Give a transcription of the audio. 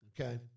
okay